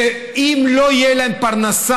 שאם לא תהיה להם פרנסה,